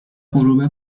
غروب